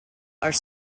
are